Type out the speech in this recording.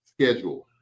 schedule